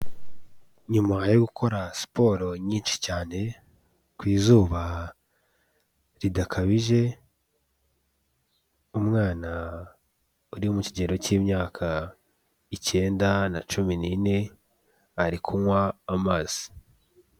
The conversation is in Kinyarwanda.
Nyuma yo gukora siporo nyinshi cyane, ku izuba ridakabije, umwana uri mu kigero cy'imyaka icyenda na cumi nine ari kunywa amazi.